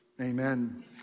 Amen